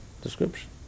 description